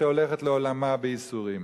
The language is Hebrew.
שהולכת לעולמה בייסורים.